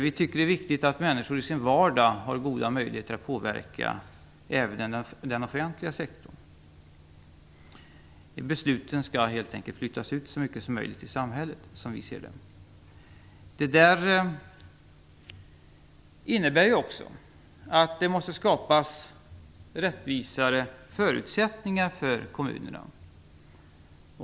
Vi tycker att det är viktigt att människor i sin vardag har goda möjligheter att påverka även den offentliga sektorn. Besluten skall helt enkelt, som vi ser det, flyttas ut så mycket som möjligt i samhället. Detta innebär också att det måste skapas rättvisare förutsättningar för kommunerna.